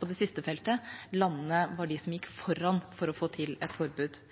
På det siste feltet var det landene som gikk foran for å få til et forbud.